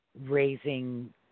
raising –